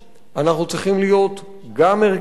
אנחנו צריכים להיות גם ערכיים,